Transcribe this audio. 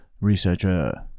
Researcher